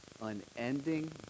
unending